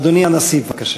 אדוני הנשיא, בבקשה.